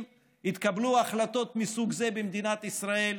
שיתקבלו החלטות מסוג זה במדינת ישראל.